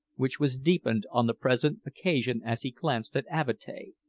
which was deepened on the present occasion as he glanced at avatea,